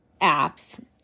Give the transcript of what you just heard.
apps